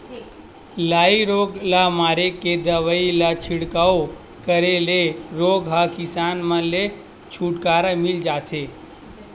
लाई रोग ल मारे के दवई ल छिड़काव करे ले लाई रोग ह किसान मन ले छुटकारा मिल जथे